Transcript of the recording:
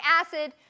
acid